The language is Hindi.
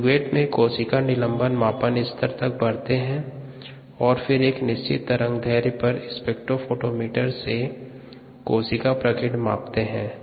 क्युवेट में कोशिका निलंबन मापन स्तर तक भरते है और फिर एक निश्चित तरंगदैर्ध्य पर स्पेक्ट्रोफोटोमीटर से कोशिका प्रकीर्ण मापते है